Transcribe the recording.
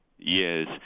Yes